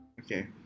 Okay